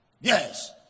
yes